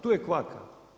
Tu je kvaka.